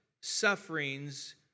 sufferings